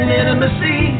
intimacy